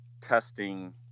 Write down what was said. testing